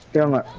them are